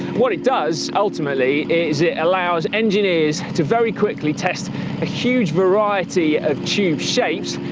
what it does, ultimately, is it allows engineers to very quickly test a huge variety of tube shapes,